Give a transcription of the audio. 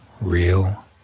real